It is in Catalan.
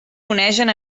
onegen